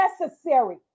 necessary